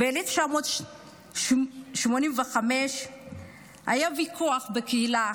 ב-1985 היה ויכוח בקהילה.